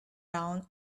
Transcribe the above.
down